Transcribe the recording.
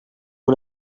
una